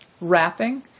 wrapping